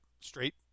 Straight